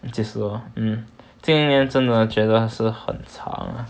就是 lor 今年真的觉得是很长 uh